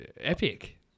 Epic